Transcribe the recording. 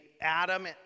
Adam